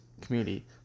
community